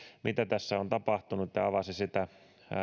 mitä tässä on tapahtunut tämä avasi sitä